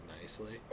nicely